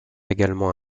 également